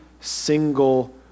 single